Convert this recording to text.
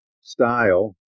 style